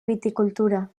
viticultura